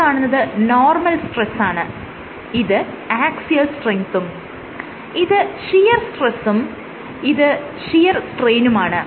ഈ കാണുന്നത് നോർമൽ സ്ട്രെസാണ് ഇത് ആക്സിയൽ സ്ട്രെങ്ത്തും ഇത് ഷിയർ സ്ട്രെസും ഇത് ഷിയർ സ്ട്രെയ്നുമാണ്